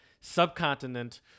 subcontinent